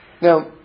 Now